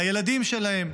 לילדים שלהם.